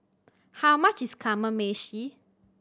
how much is Kamameshi